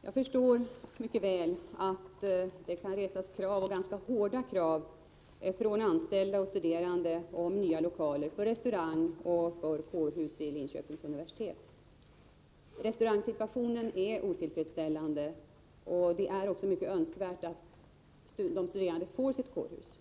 Herr talman! Jag förstår mycket väl att det från anställda och studerande kan resas ganska hårda krav på nya lokaler för restaurang och kårhus vid Linköpings universitet. Restaurangsituationen är otillfredsställande, och det är mycket önskvärt att de studerande får sitt kårhus.